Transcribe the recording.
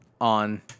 on